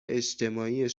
اجتماعی